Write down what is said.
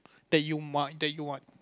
that you might that you want